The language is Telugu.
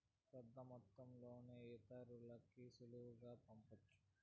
పెద్దమొత్తంలో ఇతరులకి సులువుగా పంపొచ్చు